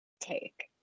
take